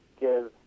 give